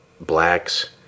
blacks